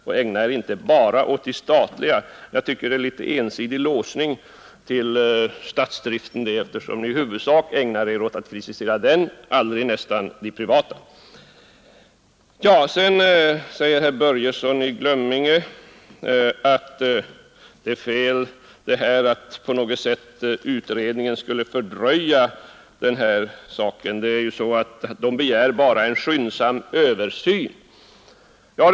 Jag tycker det är en något ensidig låsning till den statliga företagsamheten, eftersom kritiken i huvudsak riktas mot den och nästan aldrig mot de privata företagen. Herr Börjesson i Glömminge sade att det är fel att utredningen skulle fördröja frågan och att det är en skyndsam översyn som begärs.